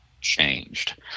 changed